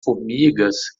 formigas